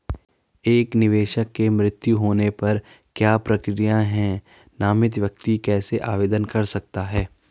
एक निवेशक के मृत्यु होने पर क्या प्रक्रिया है नामित व्यक्ति कैसे आवेदन कर सकता है?